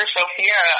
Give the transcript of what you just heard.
Sophia